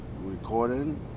recording